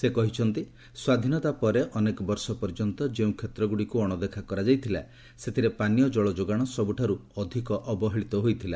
ସେ କହିଛନ୍ତି ସ୍ୱାଧୀନତା ପରେ ଅନେକ ବର୍ଷ ପର୍ଯ୍ୟନ୍ତ ଯେଉଁ କ୍ଷେତ୍ରଗୁଡ଼ିକୁ ଅଣଦେଖା କରାଯାଇଥିଲା ସେଥିରେ ପାନୀୟ ଜଳ ଯୋଗାଣ ସବୁଠାରୁ ଅଧିକ ଅବହେଳିତ ହୋଇଥିଲା